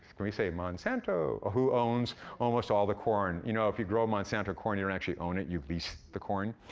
can we say monsanto, who owns almost all the corn. you know, if you grow monsanto corn, you don't and actually own it, you lease the corn?